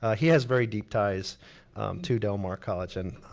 ah he has very deep ties to del mar college and